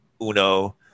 Uno